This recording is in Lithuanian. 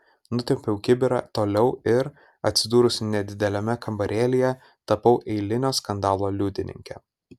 nutempiau kibirą toliau ir atsidūrusi nedideliame kambarėlyje tapau eilinio skandalo liudininke